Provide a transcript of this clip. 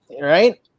right